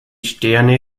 sterne